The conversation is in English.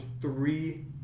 three